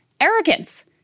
arrogance